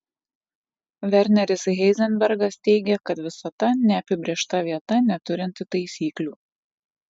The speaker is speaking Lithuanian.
verneris heizenbergas teigė kad visata neapibrėžta vieta neturinti taisyklių